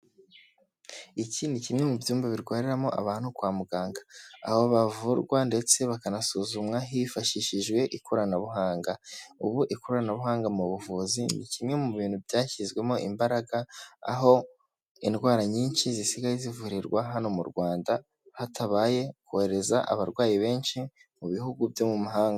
Iki ni kimwe mu byumba birwariramo abantu kwa muganga. Aho bavurwa ndetse bakanasuzumwa hifashishijwe ikoranabuhanga. Ubu ikoranabuhanga mu buvuzi ni kimwe mu bintu byashyizwemo imbaraga, aho indwara nyinshi zisigaye zivurirwa hano mu Rwanda, hatabaye kohereza abarwayi benshi mu bihugu byo mu mahanga.